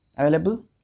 available